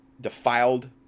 defiled